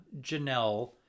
Janelle